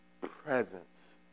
presence